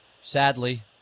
Sadly